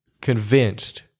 convinced